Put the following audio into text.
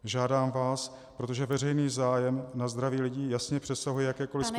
Žádám vás, protože veřejný zájem na zdraví lidí jasně přesahuje jakékoliv spory